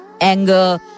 anger